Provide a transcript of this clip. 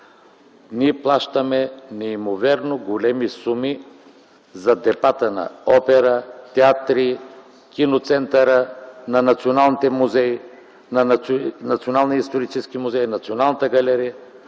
Ние плащаме неимоверно големи суми за депата на Операта, на театри, на Кино-центъра, на националните музеи, на Националния исторически музей, на Националната галерия.